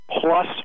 plus